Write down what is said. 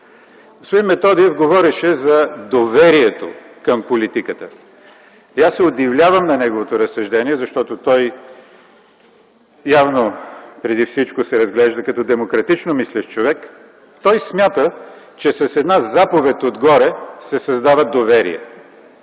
Методиев говореше за доверието към политиката и аз се удивлявам на неговото разсъждение, защото той явно преди всички се разглежда като демократично мислещ човек. Той смята, че с една заповед отгоре се създават доверие.